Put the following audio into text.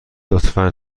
لطفا